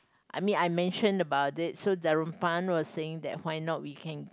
I mean I mention about it so the Rompan was saying that why not we can